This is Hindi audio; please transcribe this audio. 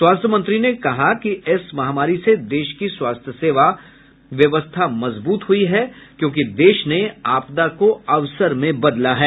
स्वास्थ्य मंत्री ने कहा कि इस महामारी से देश की स्वास्थ्य सेवा व्यवस्था मजबूत हुई है क्योंकि देश ने आपदा को अवसर में बदला है